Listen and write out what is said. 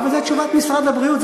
אבל זו תשובת משרד הבריאות,